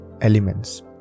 elements